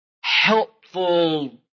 helpful